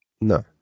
No